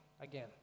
again